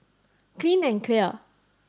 clean and clear